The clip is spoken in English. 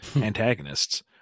antagonists